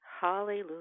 Hallelujah